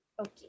Okay